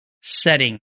setting